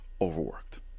overworked